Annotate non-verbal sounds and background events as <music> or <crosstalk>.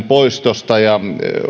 <unintelligible> poistosta ja